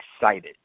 excited